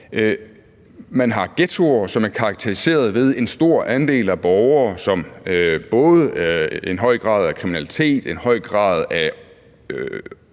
man har ghettoer, som er karakteriseret ved både en stor andel af borgere med en høj grad af kriminalitet, en stor andel af